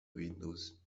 windows